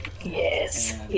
Yes